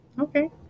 Okay